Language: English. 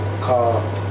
Car